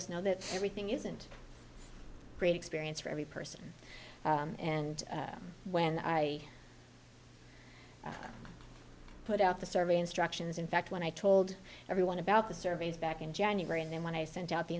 us know that everything isn't a great experience for every person and when i put out the survey instructions in fact when i told everyone about the surveys back in january and then when i sent out the